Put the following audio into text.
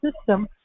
system